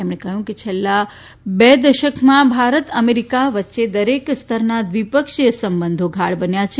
તેમણે કહ્યું કે છેલ્લા બે દશકામાં ભારત અમેરિકા વચ્ચે દરેક સ્તરના દ્વિપક્ષીય સંબંધો ગાઢ બન્યા છે